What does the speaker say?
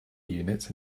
units